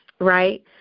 right